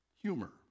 humor